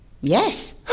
Yes